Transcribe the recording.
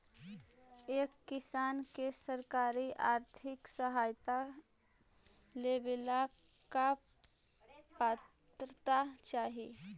एक किसान के सरकारी आर्थिक सहायता लेवेला का पात्रता चाही?